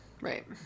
Right